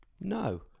No